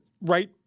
right